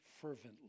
fervently